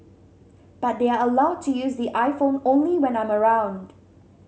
but they are allowed to use the iPhone only when I'm around